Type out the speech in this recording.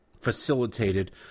facilitated